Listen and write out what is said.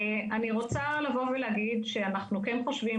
אני רוצה לבוא ולהגיד שאנחנו כן חושבים